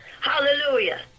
hallelujah